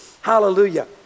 Hallelujah